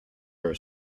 her